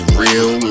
real